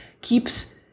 keeps